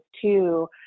two